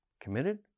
committed